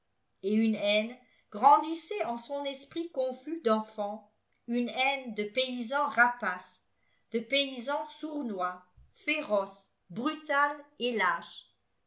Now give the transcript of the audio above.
et une haine grandissait en son esprit confus d'enfant une haine de paysan rapace de paysan sournois féroce brutal et lâche